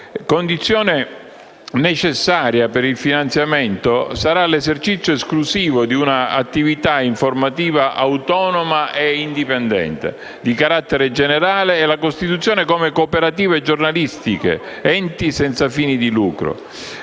Condizione necessaria per il finanziamento delle imprese editrici sarà l'esercizio esclusivo di un'attività informativa autonoma e indipendente, di carattere generale, e la costituzione come cooperative giornalistiche, come enti senza fini di lucro,